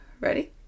Ready